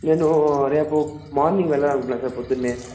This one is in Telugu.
నేను రేపు మార్నింగ్ వెళ్లాలనుకుంటున్నా సార్ పొద్దున్నే